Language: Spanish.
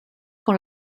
con